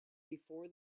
before